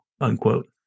unquote